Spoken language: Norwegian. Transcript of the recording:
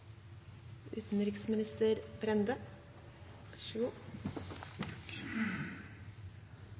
Utenriksminister Brende